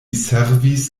servis